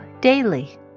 daily